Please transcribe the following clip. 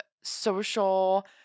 social